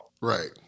Right